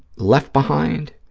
left behind,